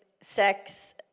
sex